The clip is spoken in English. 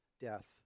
death